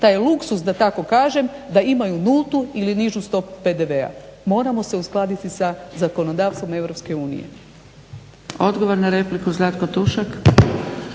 taj luksuz da tako kažem da imaju nultu ili nižu stopu PDV-a. Moramo se uskladiti sa zakonodavstvom